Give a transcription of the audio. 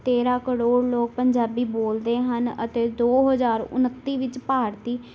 ਤੇਰ੍ਹਾਂ ਕਰੋੜ ਲੋਕ ਪੰਜਾਬੀ ਬੋਲਦੇ ਹਨ ਅਤੇ ਦੋ ਹਜ਼ਾਰ ਉਨੱਤੀ ਵਿੱਚ ਭਾਰਤੀ